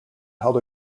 held